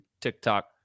TikTok